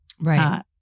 Right